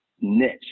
niche